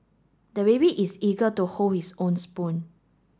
the baby is eager to hold his own spoon